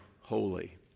holy